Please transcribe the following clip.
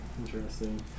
Interesting